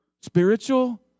spiritual